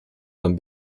them